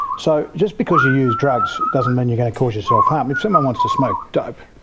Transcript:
so, just because you use drugs doesn't mean you're going to cause yourself harm if someone wants to smoke dope,